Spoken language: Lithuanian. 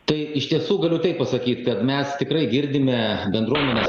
tai iš tiesų galiu taip pasakyti kad mes tikrai girdime bendruomenės